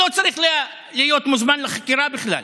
הוא לא צריך להיות מוזמן לחקירה בכלל.